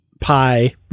pie